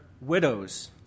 widows